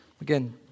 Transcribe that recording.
again